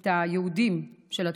את היהודים של התפוצות,